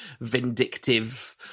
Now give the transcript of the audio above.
vindictive